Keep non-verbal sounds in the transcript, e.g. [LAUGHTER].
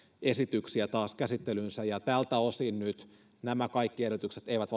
esityksiä taas käsittelyynsä tältä osin nyt nämä kaikki ehdotukset eivät [UNINTELLIGIBLE]